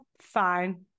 fine